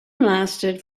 lasted